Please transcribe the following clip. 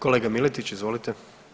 Kolega Miletić, izvolite.